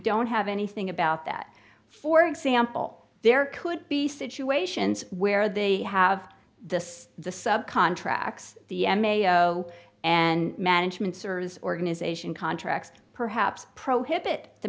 don't have anything about that for example there could be situations where they have this the subcontracts the m a o and management service organization contracts perhaps prohibit the